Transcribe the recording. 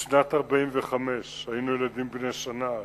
משנת 1945, והיינו אז ילדים בני שנה.